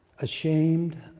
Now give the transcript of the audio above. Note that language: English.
Ashamed